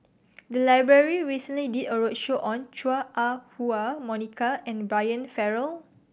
the library recently did a roadshow on Chua Ah Huwa Monica and Brian Farrell